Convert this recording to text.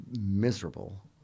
miserable